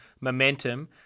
momentum